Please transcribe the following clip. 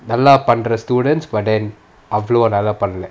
நல்லா பண்ற:nallaa pandra students but then அவ்ளோ நல்லா பண்ணல:avlo nallaa panala